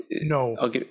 No